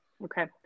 okay